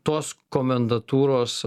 tos komendatūros